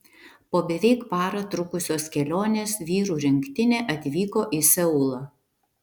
po beveik parą trukusios kelionės vyrų rinktinė atvyko į seulą